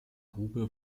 grube